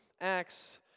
Acts